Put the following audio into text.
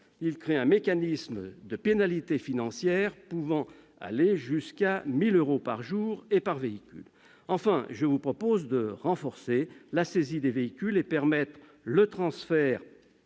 Il crée un mécanisme de pénalité financière pouvant aller jusqu'à 1 000 euros par jour et par véhicule. Enfin, je vous propose de renforcer la saisie des véhicules et de permettre le transfert